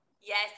Yes